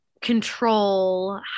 control